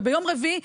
וביום רביעי,